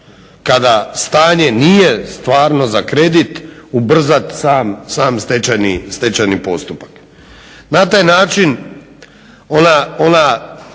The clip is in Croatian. kada stanje nije stvarno za kredit, ubrzati sam stečajni postupak.